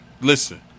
listen